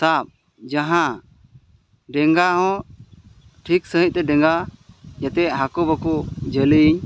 ᱥᱟᱵ ᱡᱟᱦᱟᱸ ᱰᱮᱝᱜᱟ ᱦᱚᱸ ᱴᱷᱤᱠ ᱥᱟᱺᱦᱤᱡ ᱛᱮ ᱰᱮᱜᱟ ᱡᱟᱛᱮ ᱦᱟᱠᱩ ᱵᱟᱠᱚ ᱡᱟᱹᱞᱤᱧ